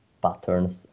patterns